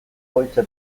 voice